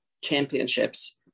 championships